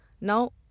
Now